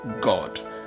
God